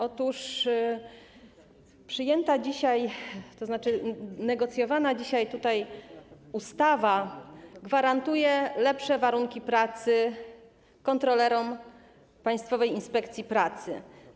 Otóż przyjęta dzisiaj, tzn. negocjowana dzisiaj tutaj ustawa gwarantuje lepsze warunki pracy kontrolerom Państwowej Inspekcji Pracy.